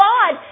God